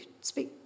speak